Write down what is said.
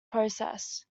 process